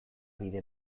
bide